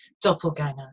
Doppelganger